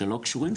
שלא קשורים,